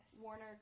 Warner